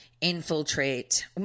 infiltrate